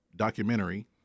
documentary